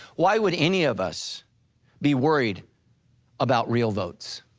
why would any of us be worried about real votes?